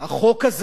כאמור,